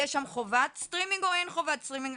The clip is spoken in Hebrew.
יש שם חובת סטרימינג או אין חובת סטרימינג,